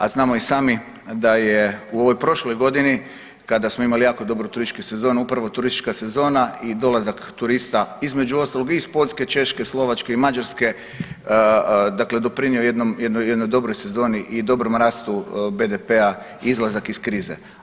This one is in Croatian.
A znamo i sami da je u ovoj prošloj godini kada smo imali jako dobru turističku sezonu upravo turistička sezona i dolazak turista između ostalog i iz Poljske, Češke, Slovačke, Mađarske dakle doprinio jednoj dobroj sezoni i dobrom rastu BDP-a izlazak iz krize.